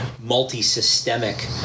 multi-systemic